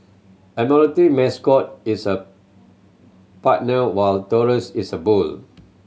admiralty mascot is a partner while Taurus is a bull